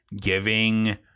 giving